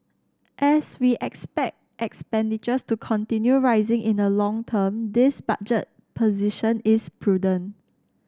as we expect expenditures to continue rising in the long term this budget position is prudent